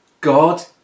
God